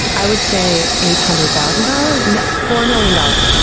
i would say eight hundred thousand dollars. no, four million dollars.